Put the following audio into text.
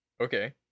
Okay